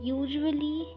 usually